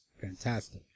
fantastic